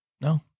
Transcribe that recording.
No